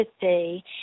see